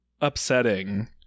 upsetting